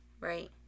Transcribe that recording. right